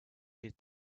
did